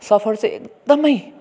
सफर चाहिँ एकदमै